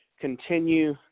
continue